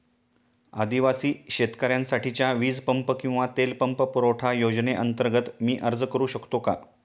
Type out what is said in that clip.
आदिवासी शेतकऱ्यांसाठीच्या वीज पंप किंवा तेल पंप पुरवठा योजनेअंतर्गत मी अर्ज करू शकतो का?